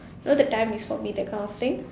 know the time you saw me that kind of thing